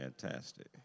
fantastic